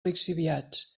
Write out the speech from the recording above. lixiviats